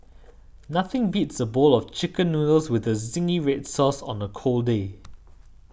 nothing beats a bowl of Chicken Noodles with Zingy Red Sauce on a cold day